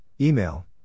email